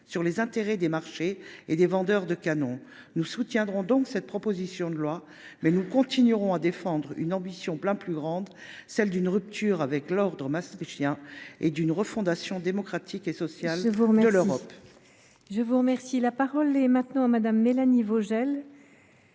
les intérêts des marchés et des vendeurs de canons. Nous soutiendrons donc cette proposition de loi, mais nous continuerons à défendre une ambition bien plus grande : celle d’une rupture avec l’ordre maastrichtien et d’une refondation démocratique et sociale de l’Europe.